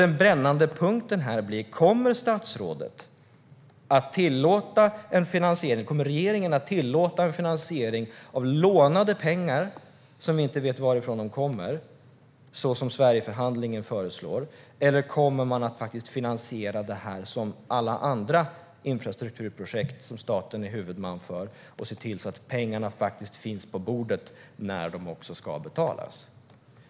Den brännande punkten blir: Kommer statsrådet och regeringen att tillåta en finansiering med lånade pengar som vi inte vet varifrån de kommer, som Sverigeförhandlingen föreslår, eller kommer man att finansiera det här som alla andra infrastrukturprojekt som staten är huvudman för och se till att pengarna finns på bordet när de också ska betalas?